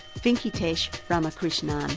venkitesh ramakrishnan.